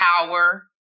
power